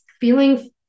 feeling